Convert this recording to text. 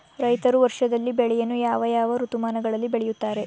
ರೈತರು ವರ್ಷದಲ್ಲಿ ಬೆಳೆಯನ್ನು ಯಾವ ಯಾವ ಋತುಮಾನಗಳಲ್ಲಿ ಬೆಳೆಯುತ್ತಾರೆ?